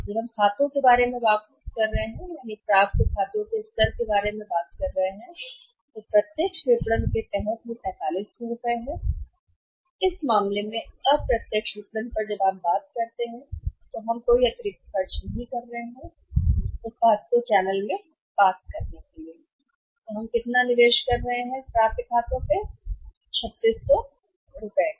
जब हम खातों के बारे में बात कर रहे हैं प्राप्य स्तर भी प्रत्यक्ष विपणन के तहत भी प्राप्य स्तर 4500 रुपये है और इस मामले में अप्रत्यक्ष विपणन में जब आप बात करते हैं तो हम कोई अतिरिक्त नहीं कर रहे हैं उत्पाद को चैनल में पास करने के लिए निवेश और हम कितना निवेश कर रहे हैं खातों को प्राप्य है कि खातों में अतिरिक्त निवेश हम 3600 कर रहे हैं रुपए ही